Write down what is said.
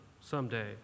someday